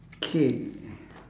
K